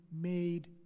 made